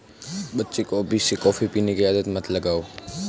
बच्चे को अभी से कॉफी पीने की आदत मत लगाओ